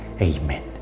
Amen